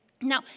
Now